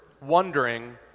wondering